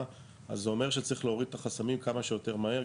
אז זה אומר שצריך להוריד את החסמים כמה שיותר מהר,